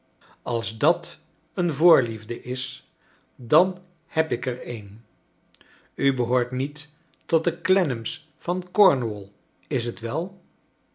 als dat een voorliefde is dan heb ik er een j behoort niet tot de clennams van cornwall is t wel